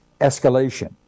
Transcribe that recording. escalation